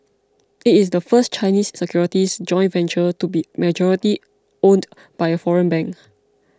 it is the first Chinese securities joint venture to be majority owned by a foreign bank